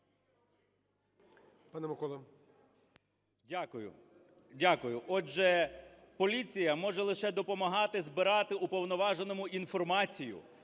дякую. Отже, поліція може лише допомагати збирати уповноваженому інформацію,